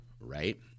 right